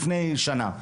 לפני שנה.